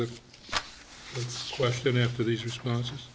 it's question after these responses